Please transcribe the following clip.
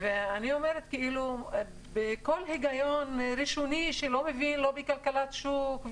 אז בכל היגיון ראשוני שלא מבין לא בכלכלת שוק,